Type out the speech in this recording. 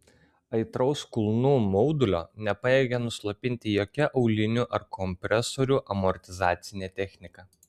aitraus kulnų maudulio nepajėgė nuslopinti jokia aulinių ar kompresorių amortizacinė technika